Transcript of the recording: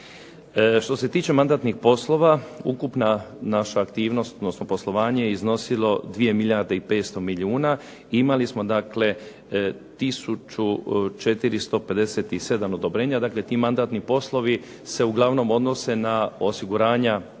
Što se tiče mandatnih poslova, ukupna naša aktivnost odnosno poslovanje je iznosilo 2 milijarde i 500 milijuna. Imali smo dakle tisuću 457 odobrenja. Dakle, ti mandatni poslovi se uglavnom odnose na osiguranja